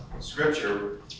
Scripture